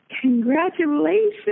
Congratulations